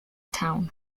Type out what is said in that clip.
town